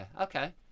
Okay